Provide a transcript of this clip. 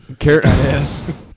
Yes